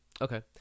Okay